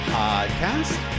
podcast